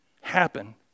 happen